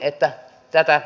arvoisa puhemies